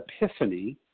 epiphany